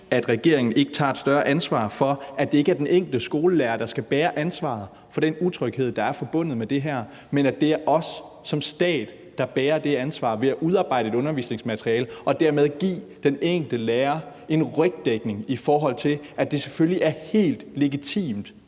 at regeringen ikke tager et større ansvar for, at det ikke er den enkelte skolelærer, der skal bære ansvaret for den utryghed, der er forbundet med det her, men at det er os som stat, der bærer det ansvar, ved at udarbejde et undervisningsmateriale og dermed give den enkelte lærer en rygdækning, i forhold til at det selvfølgelig er helt legitimt